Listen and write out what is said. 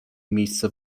miejsce